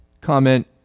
comment